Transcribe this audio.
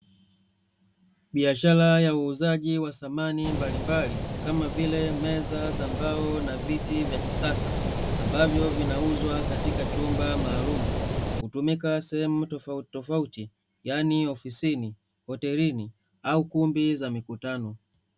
Biashara ya uuzaji wa samani mbalimbali, kama vile meza za mbao na viti vya kisasa. Ambavyo vinauzwa katika chumba maalumu, hutumika sehemu tofautitofauti yaani ofisini, hotelini au kumbi za mikutano.